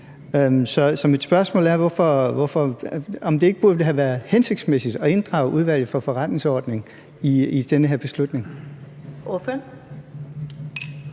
Så mit spørgsmål er, om det ikke ville have været hensigtsmæssigt at inddrage Udvalget for Forretningsordenen i den her beslutning?